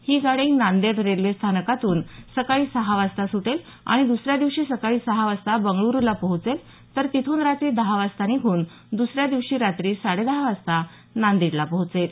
ही गाडी नांदेड रेल्वे स्थानकातून सकाळी सहा वाजता सुटेल आणि दुसऱ्या दिवशी सकाळी सहा वाजता बंगळुरूला पोहोचेल तर तिथून रात्री दहा वाजता निघून दुसऱ्या दिवशी रात्री साडे दहा वाजता नांदेडला पोहोचेल